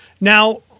Now